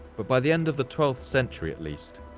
but by the end of the twelfth century at least,